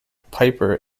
piper